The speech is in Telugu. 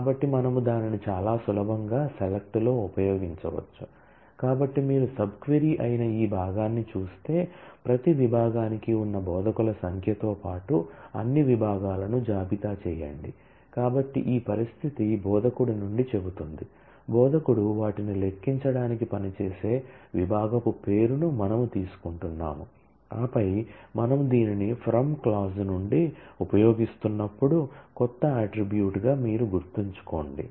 కాబట్టి మనము దానిని చాలా సులభంగా సెలెక్ట్ నుండి ఉపయోగిస్తున్నప్పుడు క్రొత్త అట్ట్రిబ్యూట్ గా మీరు గుర్తుంచుకోండి